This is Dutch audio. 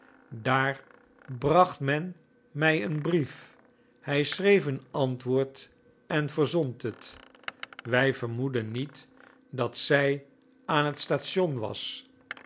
daar bracht men mij een brief hij schreef een antwoord en verzond het wij vermoedden niet dat zij aan het station was